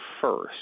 first